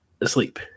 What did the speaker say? asleep